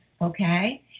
Okay